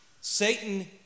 Satan